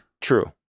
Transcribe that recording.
True